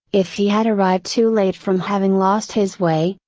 if he had arrived too late from having lost his way,